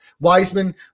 Wiseman